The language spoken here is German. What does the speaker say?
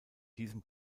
diesem